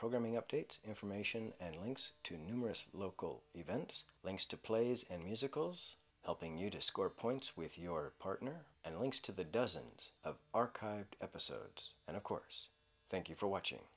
programming update information and links to numerous local events links to plays and musicals helping you to score points with your partner and links to the dozens of archived episodes and of course thank you for watching